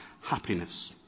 Happiness